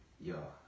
yo